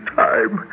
time